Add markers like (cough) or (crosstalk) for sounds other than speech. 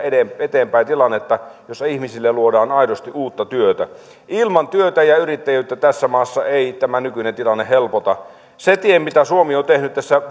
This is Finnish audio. eteenpäin tilannetta jossa ihmisille luodaan aidosti uutta työtä ilman työtä ja yrittäjyyttä tässä maassa ei tämä nykyinen tilanne helpota se tie mitä suomi on tehnyt tässä (unintelligible)